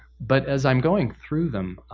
but as i'm going through them,